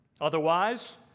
Otherwise